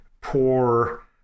poor